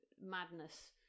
madness